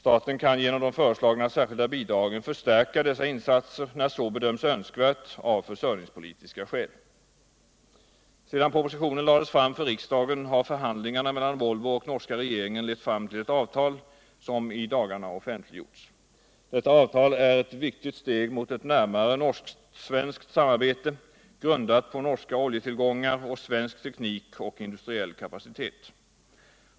Staten kan genom de föreslagna särskilda bidragen förstärka dessa insatser när så bedöms önskvärt av försörjningspolitiska skäl. Sedan propositionen lades fram för riksdagen har förhandlingarna mellan Volvo och norska regeringen lewu fram till ett avtal som i dagarna offentliggjorts. Detta avtal är ett viktigt steg mot ett närmare norsk-svenskt samarbete, grundat på norska oljetillgångar och svensk teknik och industriell kapacitet.